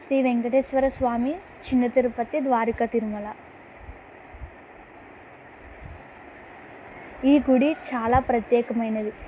శ్రీ వెంకటేశ్వరస్వామి చిన్న తిరుపతి ద్వారకా తిరుమల ఈ గుడి చాలా ప్రత్యేకమైనది